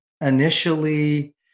initially